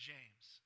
James